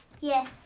Yes